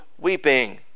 weeping